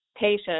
patient